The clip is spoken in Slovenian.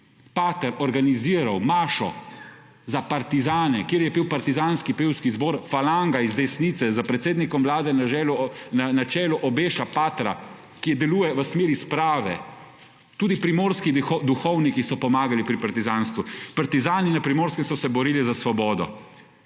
pater organiziral mašo za partizane, kjer je pel partizanski pevski zbor Falanga iz desnice s predsednikom Vlade na čelu obeša patra, ki deluje v smeri sprave. Tudi primorski duhovniki so pomagali pri partizanstvu. Partizani na primorskem so se borili za svobodo